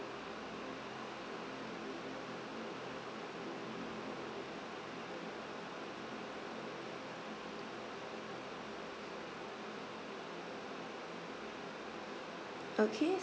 okay